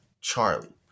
Charlie